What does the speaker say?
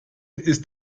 ist